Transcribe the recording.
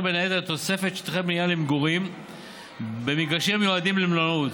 בין היתר תוספת שטחי בנייה למגורים במגרשים המיועדים למלונאות.